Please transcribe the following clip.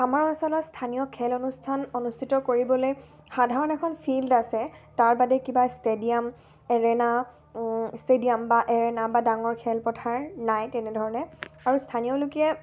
আমাৰ অঞ্চলত স্থানীয় খেল অনুষ্ঠান অনুষ্ঠিত কৰিবলৈ সাধাৰণ এখন ফিল্ড আছে তাৰ বাদে কিবা ষ্টেডিয়াম এৰেনা ষ্টেডিয়াম বা এৰেনা বা ডাঙৰ খেলপথাৰ নাই তেনেধৰণে আৰু স্থানীয় লোকে